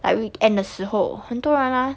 like weekend 的时候很多人啊